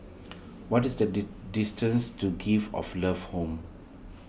what is the distance to Gift of Love Home